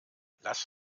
lass